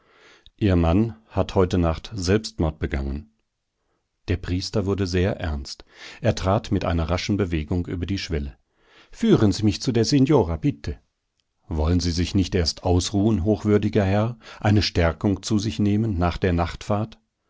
ihr mann hat heute nacht selbstmord begangen der priester wurde sehr ernst er trat mit einer raschen bewegung über die schwelle führen sie mich zu der signora bitte wollen sie sich nicht erst ausruhen hochwürdiger herr eine stärkung zu sich nehmen nach der nachtfahrt